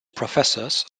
professors